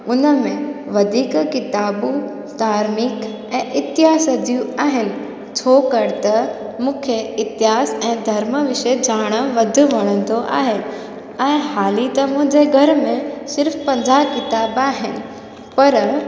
हुन में वधीक किताबूं धार्मिक ऐं इतिहास जियूं आहिनि छो कर त मूंखे इतिहास ऐं धर्म विषय ॼाणण वधि वणंदो आहे ऐं हाली त मुंहिंजे घर में सिर्फ़ु पंजाह किताब आहिनि पर